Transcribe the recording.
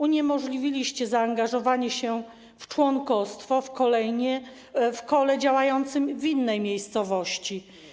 Uniemożliwiliście zaangażowanie się w członkostwo w kole działającym w innej miejscowości.